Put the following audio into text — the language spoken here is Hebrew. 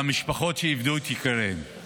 חשוב שתגידו מה קורה בתל השומר.